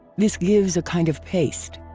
this gives a kind of paste.